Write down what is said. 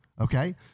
okay